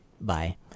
bye